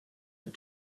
and